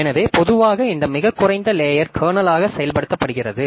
எனவே பொதுவாக இந்த மிகக் குறைந்த லேயர் கர்னலாக செயல்படுத்தப்படுகிறது